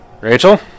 Rachel